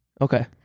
okay